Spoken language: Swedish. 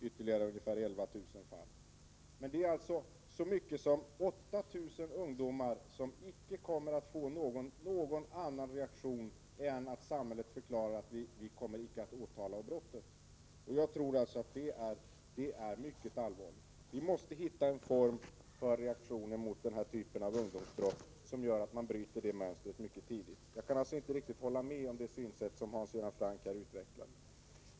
Det betyder att ca 8 000 ungdomar icke fick någon annan reaktion på sitt brott än att samhället förklarade att brottet icke skulle leda till åtal. Det tycker jag är mycket allvarligt. Vi måste finna någon form av reaktion mot denna typ av ungdomsbrott, som gör att dessa ungdomars brottslighet bryts mycket tidigt. Jag kan alltså inte hålla med Hans Göran Franck i det synsätt han här utvecklar.